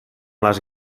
les